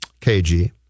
KG